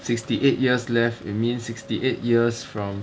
sixty eight years left it means sixty eight years from